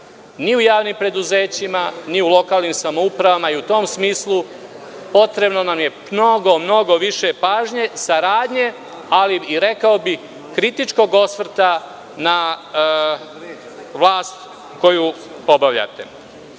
ni u javnim preduzećima ni u lokalnim samoupravama i u tom smislu potrebno nam je mnogo više pažnje, saradnje, ali rekao bih i kritičkog osvrta na vlast koju obavljate. Govorili